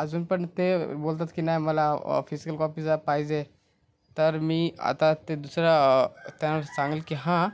अजून पण ते बोलतात की नाही मला ऑफिसियल कॉपीजा पाहिजे तर मी आता ते दुसरं त्यांना सांगेल की हां